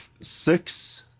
six